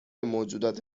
موجودات